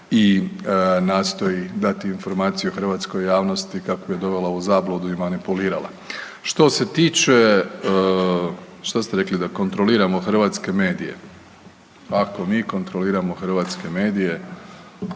i nastoji dati informaciju hrvatskoj javnosti kako je dovela u zabludu i manipulirala. Što se tiče, šta ste rekli da kontroliramo hrvatske medije? Ako mi kontroliramo hrvatske medije